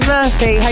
Murphy